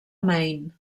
maine